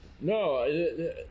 No